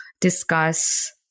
discuss